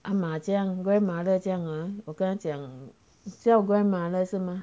啊麻这样 grandmother 这样我跟他讲叫 grandmother 是吗